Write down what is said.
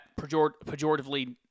pejoratively